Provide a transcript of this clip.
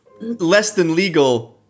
less-than-legal